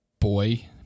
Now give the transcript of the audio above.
Boy